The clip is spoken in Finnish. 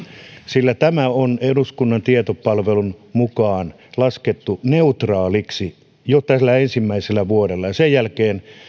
sillä tämä on eduskunnan tietopalvelun mukaan laskettu neutraaliksi jo tällä ensimmäisellä vuodella ja sen jälkeen